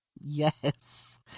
Yes